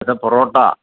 പിന്നെ പൊറോട്ട